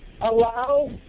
allow